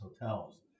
hotels